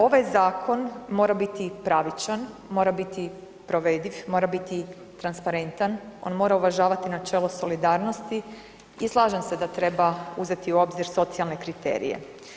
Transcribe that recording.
Ovaj zakon mora biti pravičan, mora biti provediv, mora biti transparentan, on mora uvažavati načelo solidarnosti i slažem se da treba uzeti u obzir socijalne kriterije.